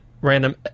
random